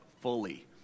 fully